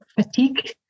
fatigue